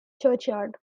churchyard